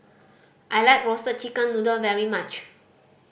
I like Roasted Chicken Noodle very much